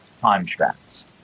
contracts